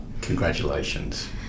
Congratulations